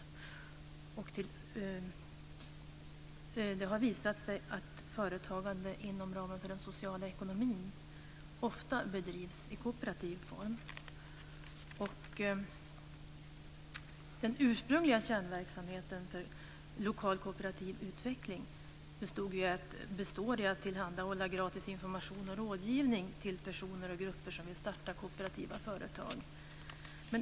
Det har faktiskt visat sig att företagande inom ramen för den sociala ekonomin ofta bedrivs i kooperativ form. Den ursprungliga kärnverksamheten för lokal kooperativ utveckling består i att tillhandahålla gratis information och rådgivning till personer och grupper som vill starta kooperativa företag.